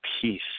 peace